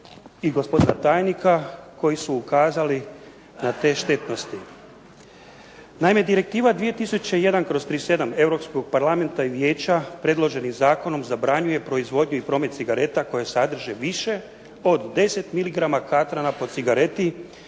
i gospodina tajnika koji su ukazali na te štetnosti. Naime, Direktiva 2001/37 europskog Parlamenta i Vijeća predloženim zakonom zabranjuje proizvodnju i promet cigareta koje sadrže više od 10 miligrama katrana po cigareti,